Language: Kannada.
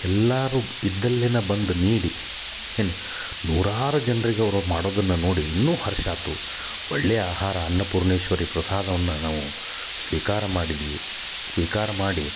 ಎಲ್ಲರು ಇದ್ದಲ್ಲೇನ ಬಂದು ನೀಡಿ ಏನು ನೂರಾರು ಜನರಿಗೆ ಅವ್ರ ಮಾಡೋದನ್ನ ನೋಡಿ ಇನ್ನು ಹರ್ಷ ಆತು ಒಳ್ಳೆಯ ಆಹಾರ ಅನ್ನಪೂರ್ಣೇಶ್ವರಿ ಪ್ರಸಾದವನ್ನ ನಾವು ಸ್ವೀಕಾರ ಮಾಡಿದ್ವಿ ಸ್ವೀಕಾರ ಮಾಡಿ